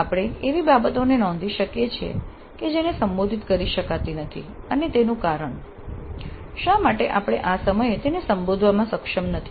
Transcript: આપણે એવી બાબતોને નોંધી શકીએ છીએ કે જેને સંબોધિત કરી શકાતી નથી અને તેનું કારણ શા માટે આપણે આ સમયે તેને સંબોધવામાં સક્ષમ નથી